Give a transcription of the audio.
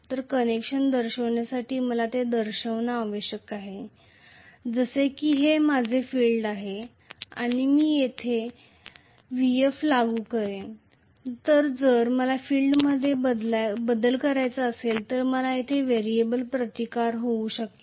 तर कनेक्शन दर्शविण्यासाठी मला ते दर्शविणे आवश्यक आहे जसे की हे माझे फील्ड आहे आणि मी येथे व्हीएफ लागू करेल जर मला फील्डमध्ये बदल करायचे असेल तर मला येथे व्हेरिएबल रेझिस्टन्स होऊ शकेल